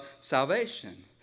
salvation